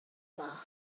dda